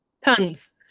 Tons